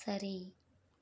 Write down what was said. சரி